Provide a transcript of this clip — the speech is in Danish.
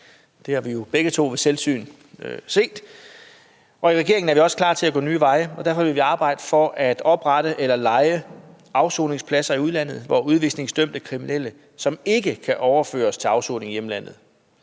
Det har vi jo begge to set ved selvsyn. I regeringen er vi også klar til at gå nye veje, og derfor vil vi arbejde for at oprette eller leje afsoningspladser i udlandet, hvor udvisningsdømte kriminelle, som ikke kan overføres til afsoning i hjemlandet,